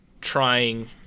trying